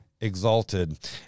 exalted